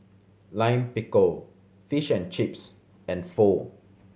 Lime Pickle Fish and Chips and Pho